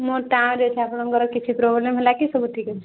ମୋର୍ ଅଛି ଠାକୁରଙ୍କର କିଛି ପ୍ରୋବ୍ଲେମ୍ ହେଲା କି ସବୁ ଠିକ୍ ଅଛି